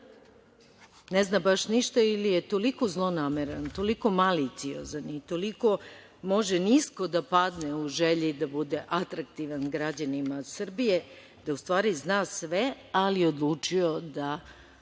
Ne zna baš ništa ili je toliko zlonameran, toliko maliciozan i toliko može nisko da padne u želji da bude atraktivan građanin Srbije, da u stvari zna sve, ali je odlučio da